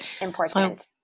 Important